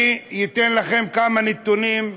אני אתן לכם כמה נתונים,